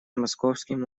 московским